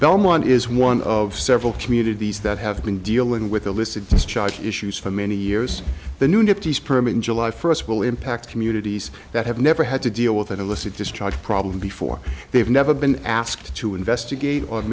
belmont is one of several communities that have been dealing with illicit discharge issues for many years the new giftes permit in july first will impact communities that have never had to deal with an illicit discharge problem before they've never been asked to investigate on